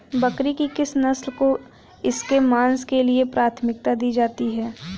बकरी की किस नस्ल को इसके मांस के लिए प्राथमिकता दी जाती है?